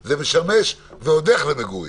זה משמש ועוד איך למגורים.